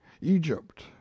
egypt